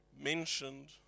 mentioned